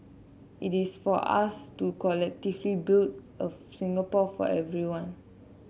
it is for us to collectively build a Singapore for everyone